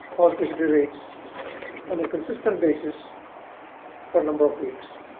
positivity rates on a consistent basis for a number of weeks.